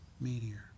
meteor